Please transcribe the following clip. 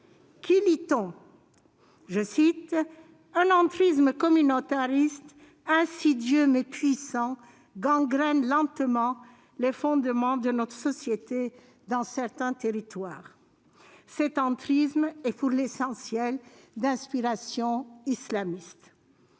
Qu'y lisons-nous ?« Un entrisme communautariste, insidieux mais puissant, gangrène lentement les fondements de notre société dans certains territoires. Cet entrisme est pour l'essentiel d'inspiration islamiste.